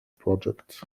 project